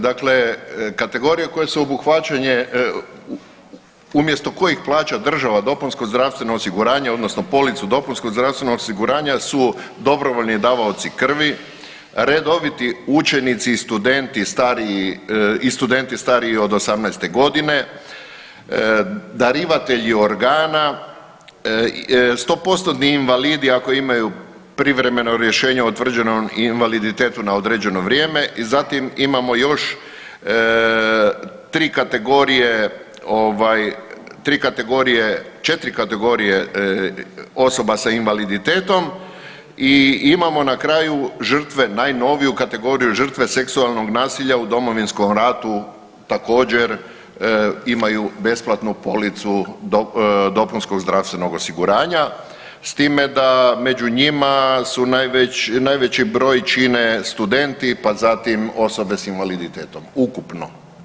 Dakle, kategorije koje su obuhvaćene umjesto kojih plaća država dopunsko zdravstveno osiguranje, odnosno policu dopunskog zdravstvenog osiguranja su dobrovoljni davaoci krivi, redoviti učenici i studenti stariji od 18. godine, darivatelji organa, stopostotni invalidi, ali imaju privremeno rješenje o utvrđenom invaliditetu na određeno vrijeme, zatim imamo još tri kategorije ovaj, tri kategorije, četiri kategorije osoba sa invaliditetom i imamo na kraju žetve, najnoviju kategoriju, žrtve seksualnog nasilja u Domovinskom ratu, također imaju besplatnu policu dopunskog zdravstvenog osiguranja, s time da među njima su, najveći broj čine studenti, pa zatim osobe s invaliditetom, ukupno.